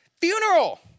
funeral